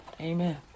Amen